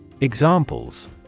Examples